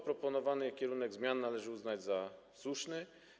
Proponowany kierunek zmian należy uznać za słuszny.